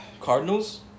Cardinals